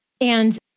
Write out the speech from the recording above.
And-